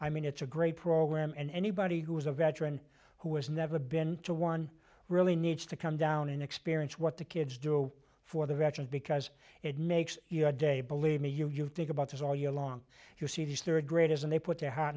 i mean it's a great program and anybody who is a veteran who has never been to one really needs to come down and experience what the kids do for the veterans because it makes your day believe me you think about this all year long you see these rd graders and they put their heart